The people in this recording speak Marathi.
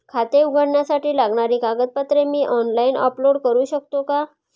खाते उघडण्यासाठी लागणारी कागदपत्रे मी ऑनलाइन अपलोड करू शकतो का?